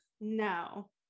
No